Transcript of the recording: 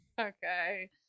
Okay